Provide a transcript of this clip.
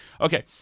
Okay